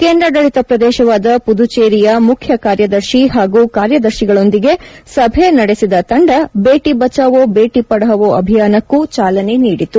ಕೇಂದ್ರಾಡಳಿತ ಪ್ರದೇಶವಾದ ಪುದುಚೇರಿಯ ಮುಖ್ಯ ಕಾರ್ಯದರ್ಶಿ ಹಾಗೂ ಕಾರ್ಯದರ್ಶಿಗಳೊಂದಿಗೆ ಸಭೆ ನಡೆಸಿದ ತಂಡ ಬೇಟಿ ಬಚಾವೊ ಬೇಟಿ ಪಥಾವೊ ಅಭಿಯಾನಕ್ಕೂ ಚಾಲನೆ ನೀಡಿತು